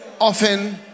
often